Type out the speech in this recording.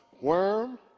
worm